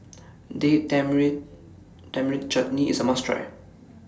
Date Tamarind Chutney IS A must Try